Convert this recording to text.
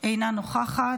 אינה נוכחת,